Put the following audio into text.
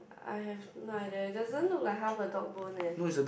I have no idea it doesn't look like half a dog bone eh